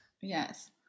Yes